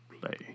play